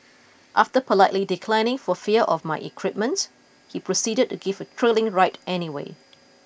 after politely declining for fear of my equipment he proceeded to give a thrilling ride anyway